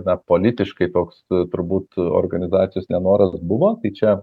na politiškai toks turbūt organizacijos nenoras buvo tai čia